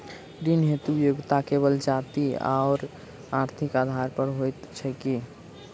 ऋण हेतु योग्यता केवल जाति आओर आर्थिक आधार पर होइत छैक की?